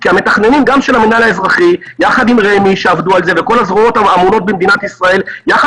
כי המתכננים גם של המינהל האזרחי יחד עם רמ"י שעבדו על זה וכל